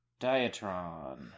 Diatron